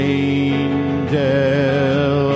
angel